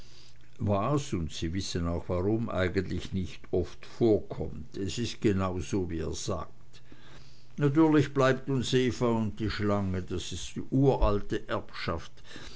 was und sie wissen auch warum eigentlich nicht oft vorkommt es ist genau so wie er sagt natürlich bleibt uns eva und die schlange das ist uralte erbschaft